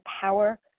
power